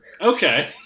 Okay